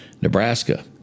nebraska